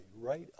right